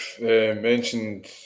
mentioned